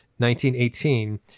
1918